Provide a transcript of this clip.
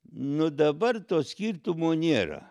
nu dabar to skirtumo nėra